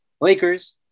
Lakers